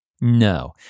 No